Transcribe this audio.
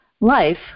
Life